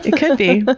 it could be. but